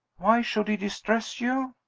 why should he distress you?